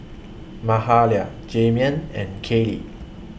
Mahalia Jaheim and Kaley